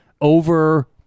over